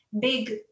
big